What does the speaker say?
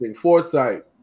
Foresight